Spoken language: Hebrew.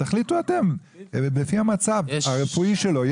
תחליטו אתם לפי המצב הרפואי שלו.